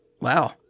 Wow